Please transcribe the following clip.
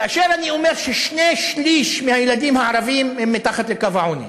כאשר אני אומר ששני-שלישים מהילדים הערבים הם מתחת לקו העוני,